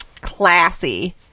classy